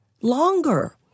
longer